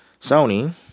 Sony